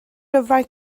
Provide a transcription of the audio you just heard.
lyfrau